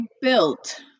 built